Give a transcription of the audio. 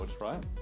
right